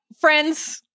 friends